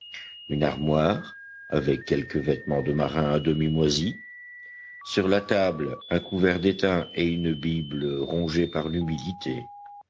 une armoire avec quelques vêtements de marin à demi moisis sur la table un couvert d'étain et une bible rongée par l'humidité